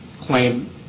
claim